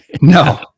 no